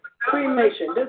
Cremation